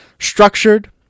structured